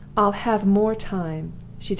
i'll have more time!